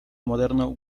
moderno